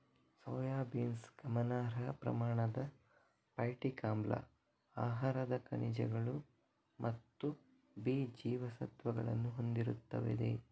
soybeans ಗಮನಾರ್ಹ ಪ್ರಮಾಣದ phytic ಆಮ್ಲ, ಆಹಾರದ ಖನಿಜಗಳು ಮತ್ತು ಬಿ ಜೀವಸತ್ವಗಳನ್ನು ಹೊಂದಿರುತ್ತದೆ